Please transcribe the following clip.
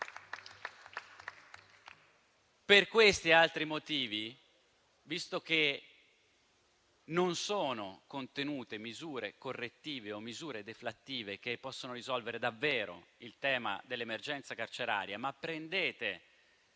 Per questi altri motivi, visto che non sono contenute misure correttive o deflattive che possano risolvere davvero il tema dell'emergenza carceraria, ma usate